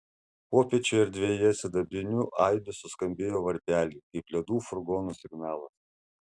popiečio erdvėje sidabriniu aidu suskambėjo varpeliai kaip ledų furgono signalas